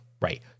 right